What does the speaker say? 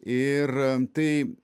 ir tai